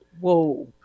Whoa